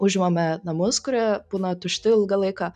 užimame namus kurie būna tušti ilgą laiką